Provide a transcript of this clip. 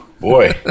boy